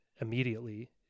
immediately